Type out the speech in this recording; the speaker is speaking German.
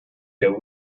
der